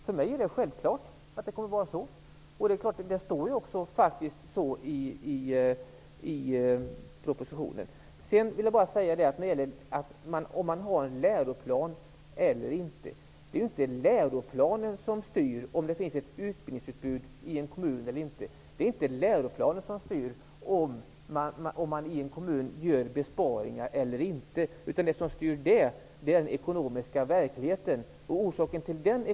För mig är det självklart att det kommer att vara så. Det står faktiskt också så i propositionen. Det är inte läroplanen som styr om det finns ett utbildningsutbud i en kommun eller inte. Det är inte läroplanen som styr om man i en kommun gör besparingar eller inte. Det som styr är den ekonomiska verkligheten.